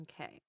Okay